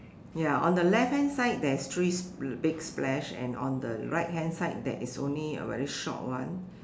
ya on the left hand side there's three big splash and on the right hand side there is only a very short one